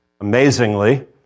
amazingly